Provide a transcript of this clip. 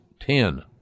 Ten